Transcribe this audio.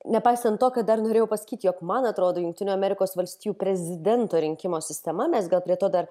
nepaisant to kad dar norėjau pasakyti jog man atrodo jungtinių amerikos valstijų prezidento rinkimų sistema mes gal prie to dar